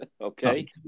Okay